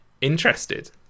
interested